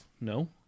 No